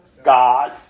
God